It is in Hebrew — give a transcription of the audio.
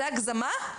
זה הגזמה?